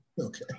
Okay